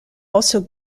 also